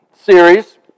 series